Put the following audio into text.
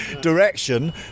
direction